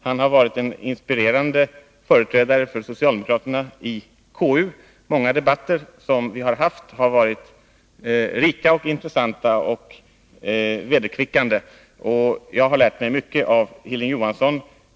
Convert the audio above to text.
Han har varit en inspirerande företrädare för socialdemokraterna i KU. Många debatter som vi haft har varit rika, intressanta och vederkvickande, och jag har lärt mig mycket av Hilding Johansson.